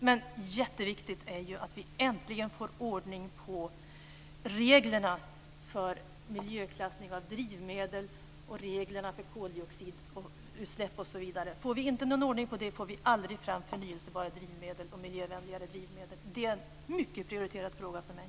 Mycket viktigt är att vi äntligen får ordning på reglerna för miljöklassning av drivmedel, reglerna för koldioxidutsläpp osv. Får vi inte ordning där, får vi aldrig fram förnybara drivmedel och miljövänligare drivmedel. Detta är en mycket prioriterad fråga för mig.